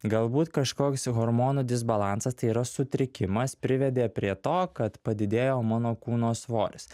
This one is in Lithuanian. galbūt kažkoks hormonų disbalansas tai yra sutrikimas privedė prie to kad padidėjo mano kūno svoris